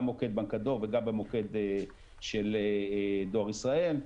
גם מוקד בנק הדואר וגם במוקד של דואר ישראל,